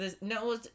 no